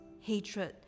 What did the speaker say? hatred